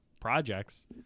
projects